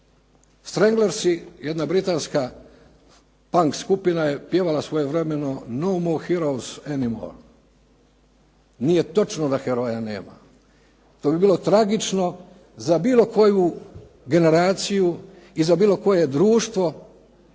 Stranglersi, jedna britanska punk skupina je pjevala svojevremeno "no more heroes any more". Nije točno da heroja nema. To bi bilo tragično za bilo koju generaciju i za bilo koje društvo